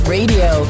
Radio